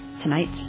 Tonight